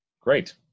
Great